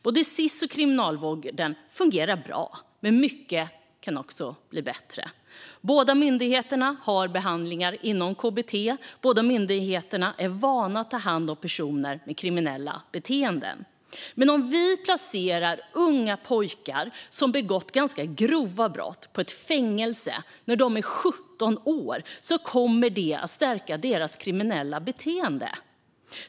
Både Sis och Kriminalvården fungerar bra, men mycket kan bli bättre. Båda myndigheterna har behandlingar inom KBT. Båda myndigheterna är vana vid att ta hand om personer med kriminella beteenden. Men om vi placerar 17-åriga pojkar som begått ganska grova brott i ett fängelse kommer det att stärka deras kriminella beteende.